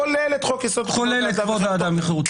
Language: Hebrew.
כולל את חוק יסוד: חופש האדם וחירותו.